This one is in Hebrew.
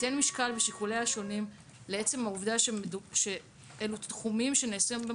תיתן משקל בשיקוליה השונים לעצם העובדה שאלו תחומים שנעשו בהם